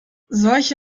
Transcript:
solche